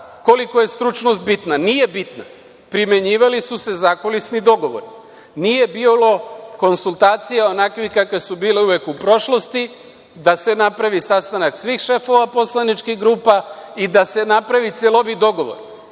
koliko je stručnost bitna. Nije bitna, primenjivali su se zakulisni dogovori. Nije bilo konsultacija onakvih kakve su bile uvek u prošlosti, da se napravi sastanak svih šefova poslaničkih grupa i da se napravi celovit dogovor.